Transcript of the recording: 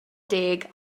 deg